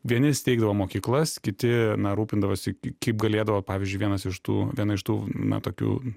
vieni steigdavo mokyklas kiti rūpindavosi kaip galėdavo pavyzdžiui vienas iš tų viena iš tų na tokių